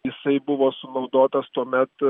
jisai buvo sunaudotas tuomet